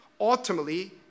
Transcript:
ultimately